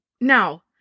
now